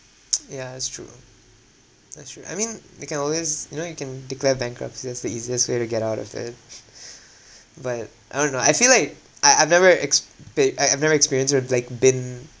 ya that's true that's true I mean they can always you know you can declare bankruptcy that's the easiest way to get out of it but I don't know I feel like I I've never expe~ I I've never experienced or like been